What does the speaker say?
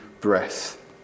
breath